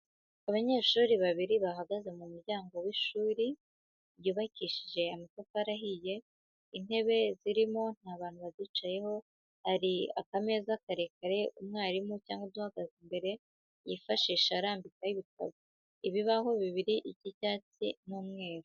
Abanyeshuri babiri bahagaze mu muryango w'ishuri, ryubakishije amatafari ahiye, intebe zirimo nta bantu bazicayeho, hari akameza karekare, umwarimu cyangwa uhagaze imbere, yifashisha arambikaho ibitabo. Ibibaho bibiri icy'icyatsi n'umweru.